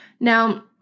Now